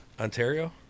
Ontario